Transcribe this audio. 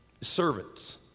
Servants